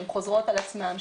שהן חוזרות על עצמן,